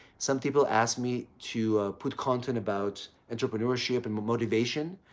some people ask me to put content about entrepreneurship and motivation.